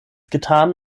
getan